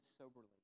soberly